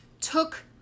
took